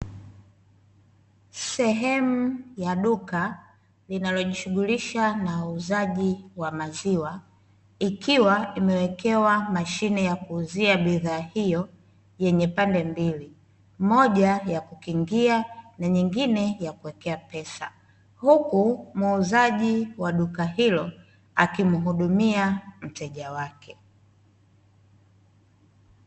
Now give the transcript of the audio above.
Sehemu ya duka linalojishughulisha na uuzaji wa maziwa, ikiwa imewekewa mashine ya kuuzia bidhaa hiyo yenye pande mbili; moja ya kukingia na nyingine ya kuwekea pesa, huku muuzaji wa duka hilo akiwa akimhudumia mteja wake.